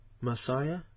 Messiah